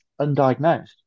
undiagnosed